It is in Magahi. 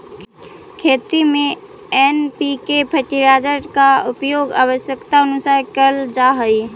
खेती में एन.पी.के फर्टिलाइजर का उपयोग आवश्यकतानुसार करल जा हई